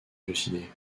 élucidé